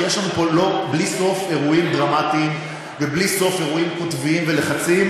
כי יש שם בלי סוף אירועים דרמטיים ובלי סוף אירועים קוטביים ולחצים,